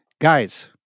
guys